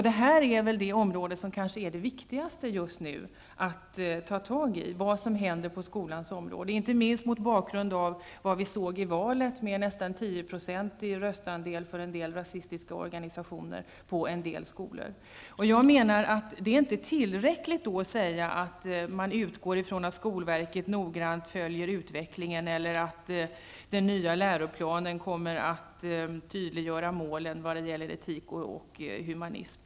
Detta är kanske det viktigaste området just nu att ta tag i, dvs. vad som händer på skolans område, inte minst mot bakgrund av valet, då en del rasistiska organisationer fick nästan 10 % av rösterna i skolvalet i en del skolor. Det är då inte tillräckligt att säga att man utgår från att skolverket nogrant följer utvecklingen eller att den nya läroplanen kommer att tydliggöra målen när det gäller etik och humanism.